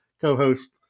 co-host